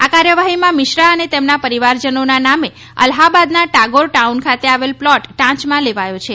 આ કાર્યવાહીમાં મિશ્રા અને તેમના પરિવારજનોના નામે અલ્હાબાદના ટાગોર ટાઉન ખાતે આવેલ પ્લોટ ટાંચમાં લેવાથો છે